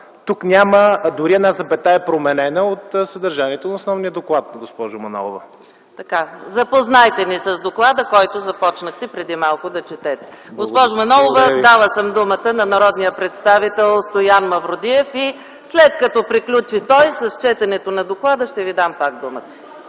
Тук няма дори една запетая променена от съдържанието на основния доклад, госпожо Манолова. ПРЕДСЕДАТЕЛ ЕКАТЕРИНА МИХАЙЛОВА: Запознайте ни с доклада, който започнахте преди малко да четете. (Реплики от КБ.) Госпожо Манолова, дала съм думата на народния представител Стоян Мавродиев, и след като приключи той с четенето на доклада, ще Ви дам пак думата.